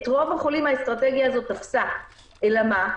אלא מה?